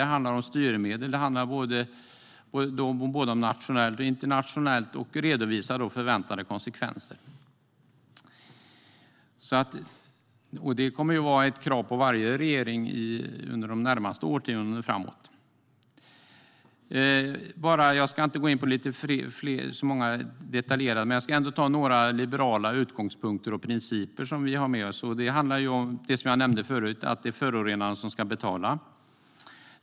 Det handlar om styrmedel, om både nationellt och internationellt arbete och om att man ska redovisa förväntade konsekvenser. Det kommer att vara krav på det på varje regering under de närmaste årtiondena. Jag ska inte gå in på så många detaljer, men jag ska ändå ta upp några liberala utgångspunkter och principer som vi har med oss. Det handlar, precis som jag nämnde förut, om att det är förorenaren som ska betala.